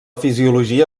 fisiologia